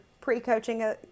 pre-coaching